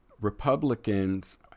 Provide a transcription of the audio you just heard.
Republicans